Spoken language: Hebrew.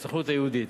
הסוכנות היהודית.